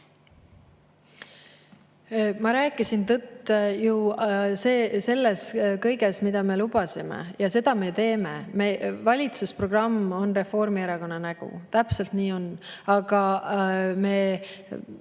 Ma rääkisin tõtt ju selle kõige kohta, mida me lubasime. Ja seda me teeme. Valitsusprogramm on Reformierakonna nägu. Täpselt nii on. Aga me